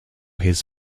his